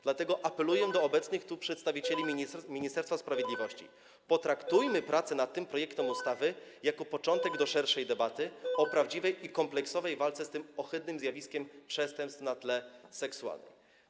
Dlatego apeluję do obecnych tu przedstawicieli Ministerstwa Sprawiedliwości: potraktujemy prace nad tym projektem ustawy jako początek szerszej debaty o prawdziwej i kompleksowej walce z tym ohydnym zjawiskiem przestępstw na tle seksualnym.